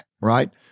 right